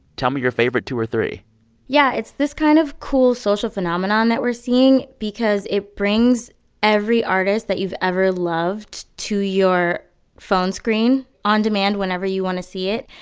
tell your favorite two or three yeah. it's this kind of cool social phenomenon that we're seeing because it brings every artist that you've ever loved to your phone screen on demand whenever you want to see it.